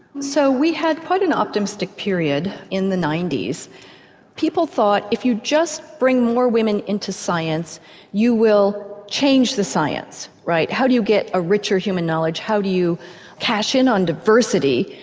so we had quite an optimistic period in the ninety s people thought if you just bring more women in to science you will change the science, right. how do you get a richer human knowledge, how to cash in on diversity,